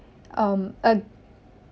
um a